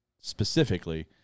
specifically